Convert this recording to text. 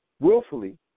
Willfully